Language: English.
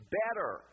better